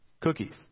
cookies